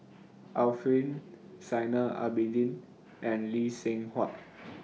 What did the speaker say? Arifin Zainal Abidin and Lee Seng Huat